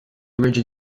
rigid